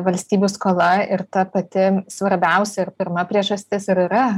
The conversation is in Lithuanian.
valstybės skola ir ta pati svarbiausia ir pirma priežastis ir yra